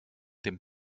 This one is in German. dem